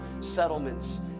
settlements